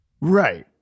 Right